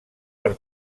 per